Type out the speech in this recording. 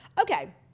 okay